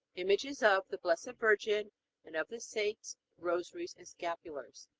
images of the blessed virgin and of the saints, rosaries, and scapulars.